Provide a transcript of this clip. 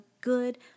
good